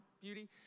beauty